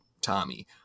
Tommy